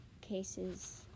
cases